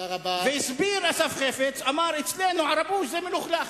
והסביר אסף חפץ ואמר: אצלנו "ערבוש" זה מלוכלך.